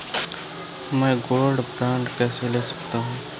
मैं gold bond कैसे ले सकता हूँ?